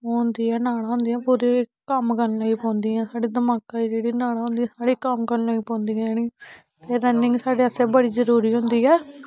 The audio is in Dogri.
ओह् होंदी ऐ नाड़ां होंदी ऐ पूरी कम्म करन लेई पौंदी साढ़े दमाकै दी जेह्ड़ी नाड़ां होंदियां साढ़े ओह् कम्म करन लग्गी पौंदी न रनिंग साढ़े आस्तै बड़ी जरूरी होंदी ऐ